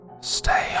stay